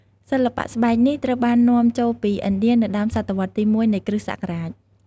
សិល្បៈស្បែកនេះ ត្រូវបាននាំចូលពីឥណ្ឌានៅដើមសតវត្សទី១ នៃគ្រិស្តសករាជ។